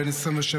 בן 27,